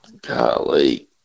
Golly